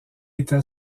était